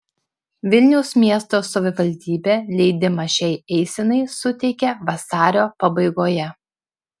vilniaus miesto savivaldybė leidimą šiai eisenai suteikė vasario pabaigoje